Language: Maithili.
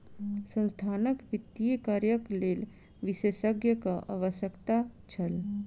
संस्थानक वित्तीय कार्यक लेल विशेषज्ञक आवश्यकता छल